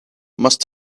must